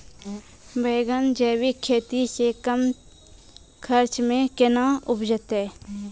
बैंगन जैविक खेती से कम खर्च मे कैना उपजते?